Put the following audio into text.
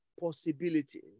possibilities